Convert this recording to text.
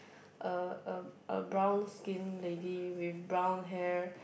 uh a a brown skin lady with brown hair